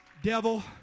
Devil